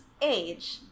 age